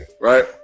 Right